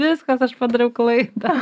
viskas aš padariau klaidą